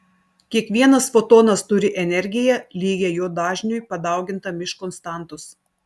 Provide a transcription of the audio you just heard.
kiekvienas fotonas turi energiją lygią jo dažniui padaugintam iš konstantos